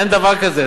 אין דבר כזה.